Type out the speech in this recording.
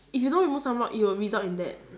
if you don't remove some more it will result in that